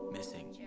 Missing